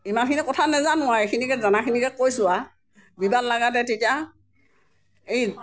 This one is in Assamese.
ইমানখিনি কথা নাজানোঁ আৰু এইখিনিয়ে জনাখিনিকে কৈছোঁ আৰু বিবাদ লাগোতে তেতিয়া এই